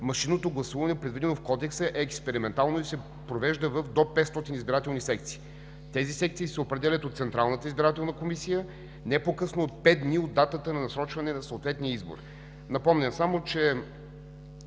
машинното гласуване, предвидено в Кодекса, е експериментално и се провежда в до 500 избирателни секции. Тези секции се определят от Централната избирателна комисия не по-късно от пет дни от датата на насрочване на съответния избор. Напомням само, че